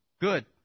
good